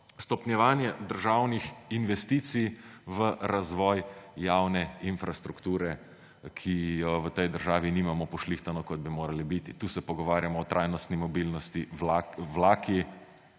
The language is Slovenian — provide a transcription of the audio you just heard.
stopnjevanje državnih investicij v razvoj javne infrastrukture, ki jo v tej državi nimamo pošlihtano, kot bi morala biti. Tu se pogovarjamo o trajnostni mobilnosti; vlaki,